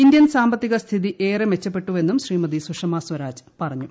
Indian സാമ്പത്തിക സ്ഥിതി ഏറെ മെച്ചപ്പെട്ടുവെന്നും ശ്രീമതി സുഷമസ്വാരാജ് പറഞ്ഞു